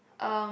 um